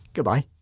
goodbye